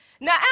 Now